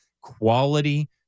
Quality